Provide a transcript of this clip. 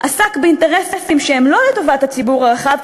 עסק באינטרסים שהם לא לטובת הציבור הרחב,